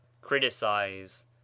Criticize